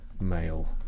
male